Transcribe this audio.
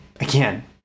again